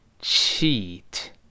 cheat